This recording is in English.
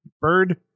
bird